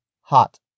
hot